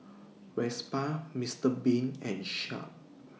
Vespa Mister Bean and Sharp